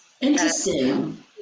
interesting